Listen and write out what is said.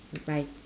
goodbye